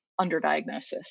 underdiagnosis